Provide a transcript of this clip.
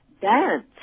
dance